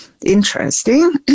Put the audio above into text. interesting